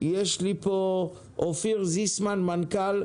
אופיר זיסמן מנכ"ל